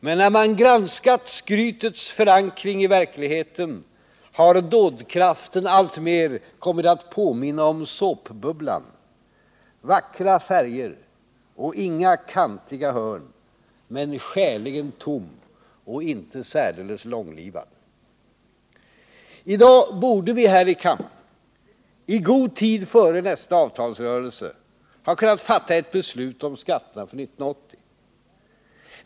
Men när man granskat skrytets förankring i verkligheten har dådkraften alltmer kommit att påminna om såpbubblan — vackra färger och inga kantiga hörn men skäligen tom och inte särdeles långlivad. I dag borde vi här i kammaren, i god tid före nästa avtalsrörelse, ha kunnat fatta ett beslut om skatterna för 1980.